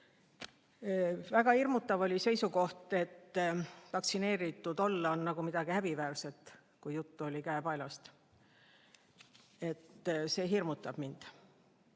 Väga hirmutav oli seisukoht, et vaktsineeritud olla on nagu midagi häbiväärset, kui juttu oli käepaelast. See hirmutab